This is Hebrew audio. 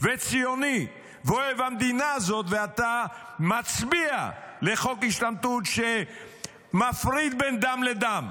וציוני ואוהב המדינה הזאת כשאתה מצביע לחוק השתמטות שמפריד בין דם לדם,